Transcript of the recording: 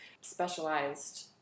specialized